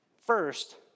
first